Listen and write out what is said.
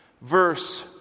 verse